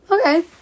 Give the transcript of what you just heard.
Okay